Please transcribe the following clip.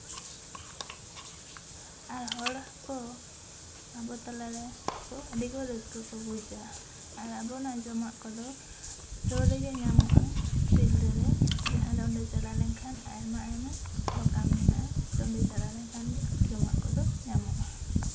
ᱟᱨ ᱦᱚᱲ ᱠᱚ ᱟᱵᱚ ᱛᱟᱞᱟ ᱨᱮᱠᱚ ᱟᱹᱰᱤ ᱠᱚ ᱨᱟᱹᱥᱠᱟᱹ ᱠᱚ ᱵᱩᱡᱟ ᱟᱨ ᱟᱵᱚᱱᱟᱜ ᱡᱚᱢᱟᱜ ᱠᱚᱫᱚ ᱥᱩᱨ ᱨᱮᱜᱮ ᱧᱟᱢᱚᱜᱼᱟ ᱥᱤᱞᱫᱟᱹ ᱨᱮ ᱡᱟᱦᱟᱸ ᱫᱚ ᱚᱸᱰᱮ ᱪᱟᱞᱟᱣ ᱞᱮᱱᱠᱷᱟᱱ ᱟᱭᱢᱟ ᱟᱭᱢᱟ ᱫᱚᱠᱟᱱ ᱢᱮᱱᱟᱜᱼᱟ ᱛᱚ ᱚᱸᱰᱮ ᱪᱟᱞᱟᱣ ᱞᱮᱱᱠᱷᱟᱱ ᱜᱮ ᱡᱚᱢᱟᱜ ᱠᱚᱫᱚ ᱧᱟᱢᱚᱜᱼᱟ